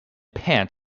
pant